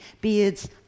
beards